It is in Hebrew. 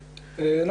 בבקשה.